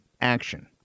action